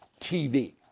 TV